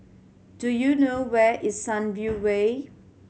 do you know where is Sunview Way